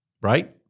Right